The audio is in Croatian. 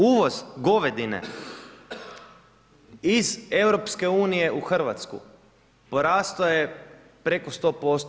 Uvoz govedine, iz EU u Hrvatsku, porastao je preko 100%